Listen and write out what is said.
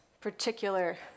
particular